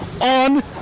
on